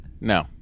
no